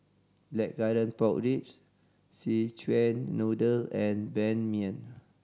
Blackcurrant Pork Ribs Szechuan Noodle and Ban Mian